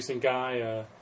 guy